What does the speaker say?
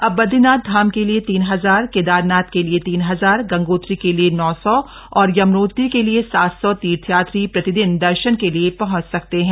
अब बदरीनाथ धाम के लिए तीन हजार केदारनाथ के लिए तीन हजार गंगोत्री के लिए नौ सौ और यमुनोत्री के लिए सात सौ तीर्थयात्री प्रति दिन दर्शन के लिए पहुंच सकते है